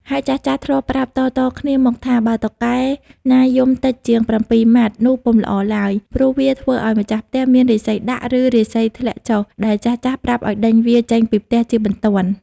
ហើយចាស់ៗ ធ្លាប់ប្រាប់តៗគ្នាមកថា បើតុកកែណាយំតិចជាង ៧ ម៉ាត់ នោះពុំល្អឡើយ ព្រោះវាធ្វើឲ្យម្ចាស់ផ្ទះមានរាសីដាក់ ឬរាសីធ្លាក់ចុះ ដែលចាស់ៗ ប្រាប់ឱ្យដេញវាចេញពីផ្ទះជាបន្ទាន់។